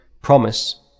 promise